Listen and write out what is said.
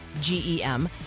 G-E-M